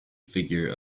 figure